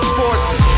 forces